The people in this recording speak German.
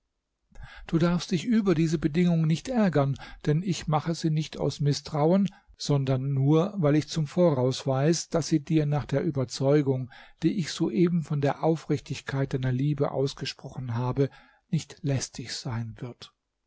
du darfst dich über diese bedingung nicht ärgern denn ich mache sie nicht aus mißtrauen sondern nur weil ich zum voraus weiß daß sie dir nach der überzeugung die ich soeben von der aufrichtigkeit deiner liebe ausgesprochen habe nicht lästig sein wird